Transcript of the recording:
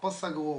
פה סגרו,